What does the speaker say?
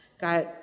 got